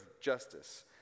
justice